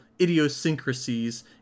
idiosyncrasies